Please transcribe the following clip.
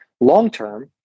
long-term